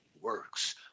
works